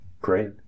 Great